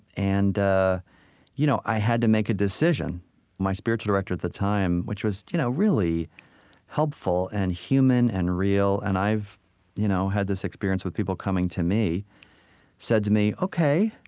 and you know i had to make a decision my spiritual director at the time, which was you know really helpful and human and real and i've you know had this experience with people coming to me said to me, ok,